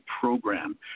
program